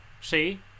See